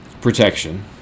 protection